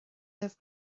libh